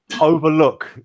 overlook